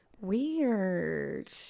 weird